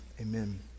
Amen